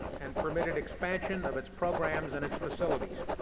and permitted expansion of its programs and its facilities.